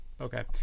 okay